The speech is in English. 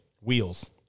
wheels